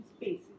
space